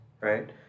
right